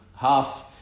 half